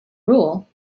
rule